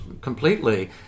completely